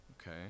okay